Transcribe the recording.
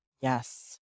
Yes